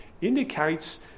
indicates